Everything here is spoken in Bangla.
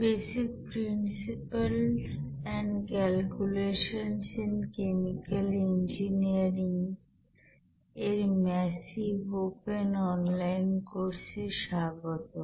basic principles and calculations in in chemical engineering এর ম্যাসিভ ওপেন অনলাইন কোর্সে স্বাগতম